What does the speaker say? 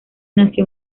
nació